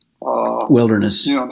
wilderness